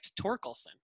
Torkelson